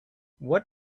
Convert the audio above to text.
what